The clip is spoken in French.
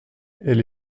elle